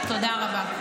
תודה רבה.